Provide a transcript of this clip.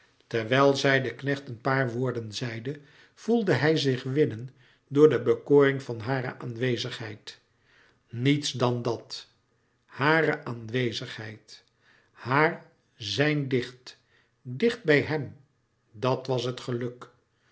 terwijl zij den knecht een paar woorden zeide voelde hij zich winnen door de bekoring van hare aanwezigheid niets dan dat hare aanwezigheid haar zijn dicht dicht bij hem dat was het geluk